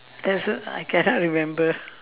that's uh I cannot remember